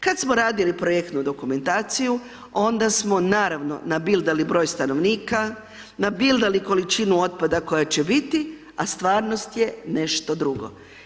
Kada smo radili projektnu dokumentaciju onda smo naravno nabildali broj stanovnika, nabildali količinu otpada koja će biti a stvarnost je nešto drugo.